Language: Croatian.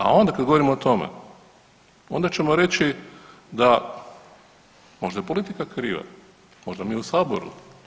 A onda kad govorimo o tome, onda ćemo reći da možda je politika kriva, možda mi u Saboru.